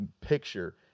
picture